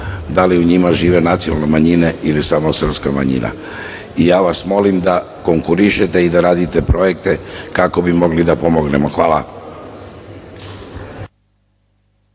da li u njima žive nacionalne manjine ili samo srpska manjina. Molim vas da konkurišete i da radite projekte kako bi mogli da pomognemo. Hvala.